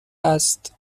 است